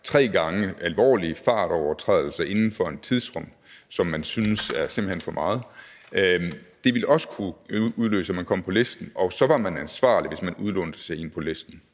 er tre alvorlige fartovertrædelser inden for et tidsrum, som man simpelt hen synes er for meget. Det ville også kunne udløse, at vedkommende kom på listen, og så var man ansvarlig, hvis man udlånte til en på listen.